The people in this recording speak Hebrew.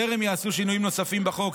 טרם ייעשו שינויים נוספים בחוק,